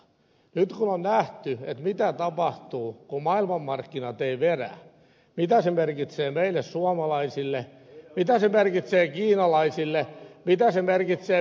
nyt on nähty mitä tapahtuu kun maailmanmarkkinat eivät vedä mitä se merkitsee meille suomalaisille mitä se merkitsee kiinalaisille mitä se merkitsee vietnamilaisille